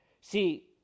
See